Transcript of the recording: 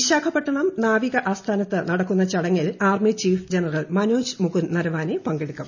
വിശാഖപട്ടണം നാവികആസ്ഥാനത്ത് നടക്കുന്ന ചടങ്ങിൽ ആർമിചീഫ് ജനറൽ മനോജ് മുകുന് നരവാനെ പങ്കെടുക്കും